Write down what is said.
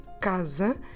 casa